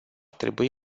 trebui